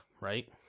right